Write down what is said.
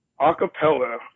Acapella